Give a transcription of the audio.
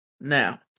Now